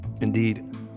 indeed